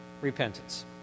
repentance